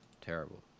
Terrible